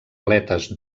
aletes